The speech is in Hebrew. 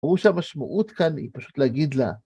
ברור שהמשמעות כאן היא פשוט להגיד לה...